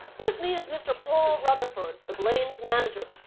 with me is mr. paul rutherford, the blaine's manager.